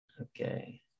Okay